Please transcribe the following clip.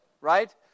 right